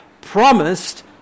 promised